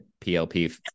PLP